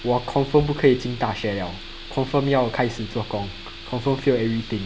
我 confirm 不可以进大学了 confirm 要开始做工 confirm fail everything